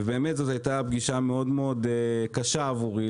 זאת הייתה פגישה מאוד קשה עבורי,